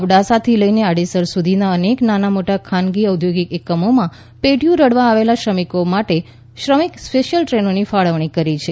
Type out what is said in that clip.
અબડાસાથી લઈને આડેસર સુધીના અનેક નાના મોટા ખાનગી ઓદ્યોગિક એકમોમાં પેટીયું રળવા આવેલા શ્રમિકો માટે શ્રમિક સ્પેશિથલ ટ્રેનોની ફાળવણી કરી છે